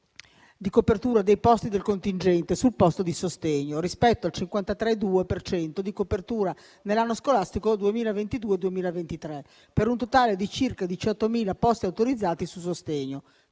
di copertura dei posti di contingente sul posto di sostegno rispetto al 53,2 per cento di copertura nell'anno scolastico 2022-2023, per un totale di circa 18.000 posti autorizzati su sostegno.